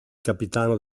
capitano